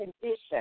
condition